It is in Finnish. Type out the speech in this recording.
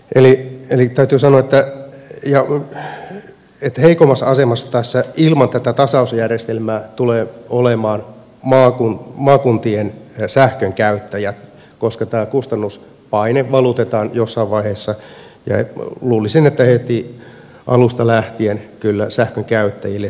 eli täytyy sanoa että heikoimmassa asemassa tässä ilman tätä tasausjärjestelmää tulevat olemaan maakuntien sähkönkäyttäjät koska tämä kustannuspaine valutetaan jossain vaiheessa luulisin että heti alusta lähtien kyllä sähkönkäyttäjille siirtohintoina